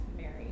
Mary